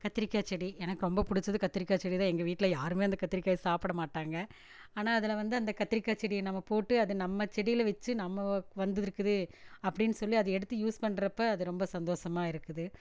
கத்திரிக்காய் செடி எனக்கு ரொம்ப பிடிச்சது கத்திரிக்காய் செடி தான் எங்கள் வீட்டில் யாருமே அந்த கத்தரிக்காயை சாப்பிட மாட்டாங்க ஆனால் அதில் வந்து அந்த கத்திரிக்காய் செடியை நம்ம போட்டு அது நம்ம செடியில் வச்சு நம்ம வந்துருக்கு அப்படின்னு சொல்லி அது எடுத்து யூஸ் பண்றப்போ அது ரொம்ப சந்தோசமாக இருக்குது